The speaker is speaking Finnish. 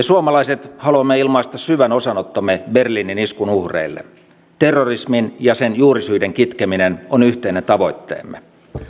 suomalaiset haluamme ilmaista syvän osanottomme berliinin iskun uhreille terrorismin ja sen juurisyiden kitkeminen on yhteinen tavoitteemme